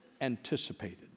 anticipated